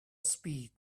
speed